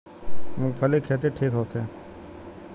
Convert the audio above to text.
मूँगफली के खेती ठीक होखे?